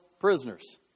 prisoners